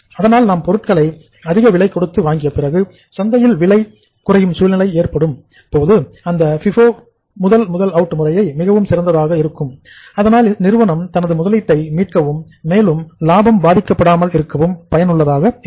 அதனால் நாம் பொருட்களை அதிக விலை கொடுத்து வாங்கிய பிறகு சந்தையில் விலை குறையும் சூழ்நிலை ஏற்படும்போது இந்த FIFO first in first out முறை மிகவும் சிறந்ததாக இருக்கும் இதனால் நிறுவனம் தனது முதலீட்டை மீட்கவும் மேலும் லாபம் பாதிக்கப்படாமலும் இருக்க பயனுள்ளதாக இருக்கும்